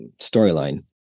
storyline